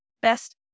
best